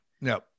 No